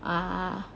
ah